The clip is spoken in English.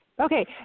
Okay